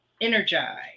Energize